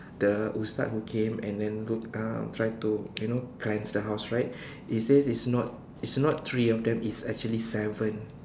the ustaz who came and then look uh try to you know cleanse the house right he says it's not it's not three of them it's actually seven